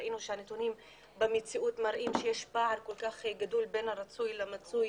ראינו שהנתונים במציאות מראים שיש פער כל כך גדול בין הרצוי למצוי,